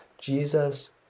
Jesus